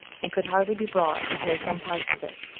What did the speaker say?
and could hardly be brought to pay some parts of it,